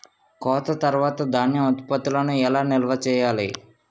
కోత తర్వాత ధాన్యం ఉత్పత్తులను ఎలా నిల్వ చేయాలి?